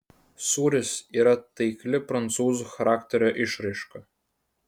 sūris yra taikli prancūzų charakterio išraiška